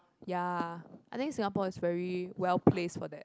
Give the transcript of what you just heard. ya I think Singapore is very well placed for that